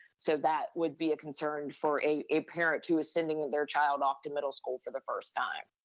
so that would be a concern for a parent who is sending their child off to middle school for the first time.